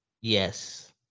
Yes